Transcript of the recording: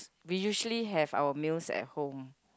we usually have our meals at home